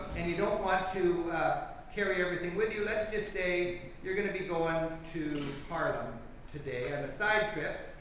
don't want to carry everything with you, let's just say you're going to be going to haarlem today, on a side trip,